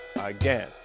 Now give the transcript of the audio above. again